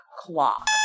Clock